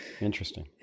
interesting